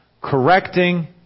correcting